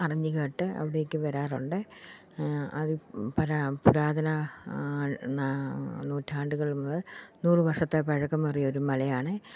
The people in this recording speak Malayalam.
അറിഞ്ഞ് കേട്ട് അവിടേക്ക് വരാറുണ്ട് അതി പരാ പുരാതന നൂറ്റാണ്ടുകൾ മുതൽ നൂറ് വർഷത്തെ പഴക്കമേറിയ ഒരു മലയാണ്